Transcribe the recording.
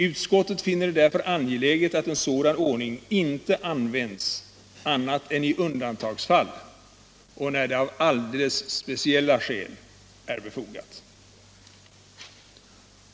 Utskottet finner det därför angeläget att en sådan ordning inte används annat än i undantagsfall och när det av alldeles speciella skäl är befogat.